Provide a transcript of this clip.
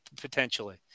Potentially